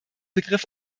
begriff